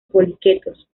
poliquetos